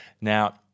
Now